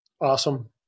Awesome